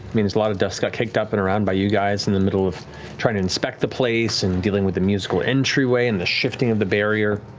mean, there's a lot of dust that got kicked up and around by you guys in the middle of trying to inspect the place and dealing with the musical entryway and the shifting of the barrier.